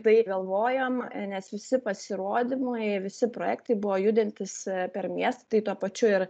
tai galvojam nes visi pasirodymai visi projektai buvo judintys per miestą tuo pačiu ir